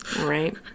Right